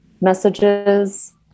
messages